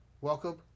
Welcome